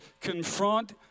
confront